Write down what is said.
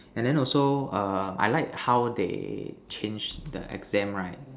and then also err I like how they change the exam right